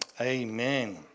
Amen